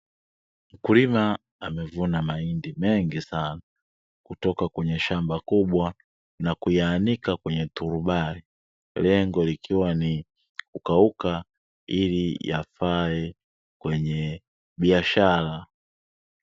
Mkulima amevuna mahindi mengi sana kutoka kwenye shamba kubwa na kuyaanika kwenye turubai, lengo likiwa ni kukauka, iliyafae kwenye biashara.